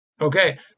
Okay